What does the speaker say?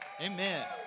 amen